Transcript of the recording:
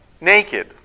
naked